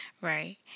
right